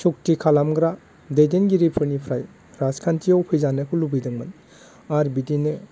सुखथि खालामग्रा दैदेनगिरिफोरनिफ्राय राजखान्थियाव फैजानायखौ लुबैदों आर बिदिनो